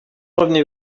revenez